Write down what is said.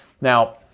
now